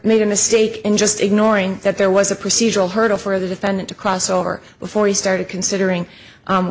made a mistake in just ignoring that there was a procedural hurdle for the defendant to cross over before he started considering